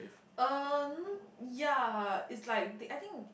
uh ya it's like the I think